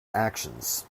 actions